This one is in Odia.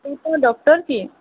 କୋଉ କୋଉ ଡକ୍ଟର୍ କି